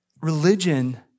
religion